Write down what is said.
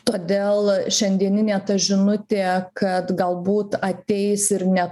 todėl šiandieninė ta žinutė kad galbūt ateis ir ne